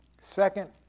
second